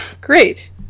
Great